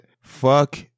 Fuck